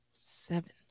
Seven